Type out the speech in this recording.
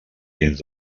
dins